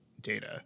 data